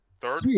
Third